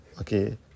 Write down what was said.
Okay